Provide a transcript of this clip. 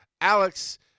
Alex